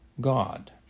God